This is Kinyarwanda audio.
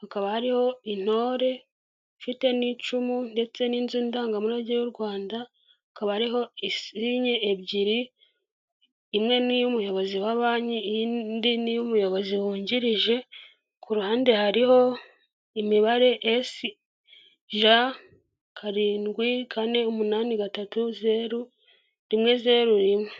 hakaba hariho intore, ifite n'icumu ndetse n'inzu ndangamurage y'u Rwanda, hakaba hariho sinye ebyiri, imwe ni iy'umuyobozi wa banki, iyindi ni iy'umuyobozi wungirije, ku ruhande hariho imibare sj karindwi kane umunani gatatu zeru rimwe zeru rimwe.